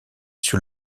sur